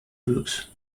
books